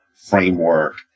framework